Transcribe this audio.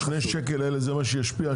השני שקל האלה זה מה שישפיע?